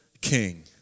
king